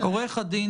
עורך הדין